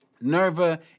Nerva